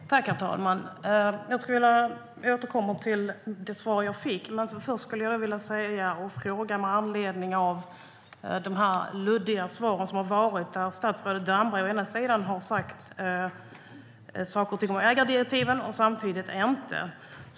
STYLEREF Kantrubrik \* MERGEFORMAT Statliga företagHerr talman! Jag skulle vilja återkomma till det svar jag fick. Men först vill jag ställa en fråga med anledning av de luddiga svar som har givits. Statsrådet Damberg har å ena sidan sagt saker och ting om ägardirektiven, å andra sidan inte.